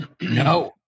No